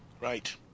Right